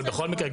אבל בכל מקרה,